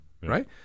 right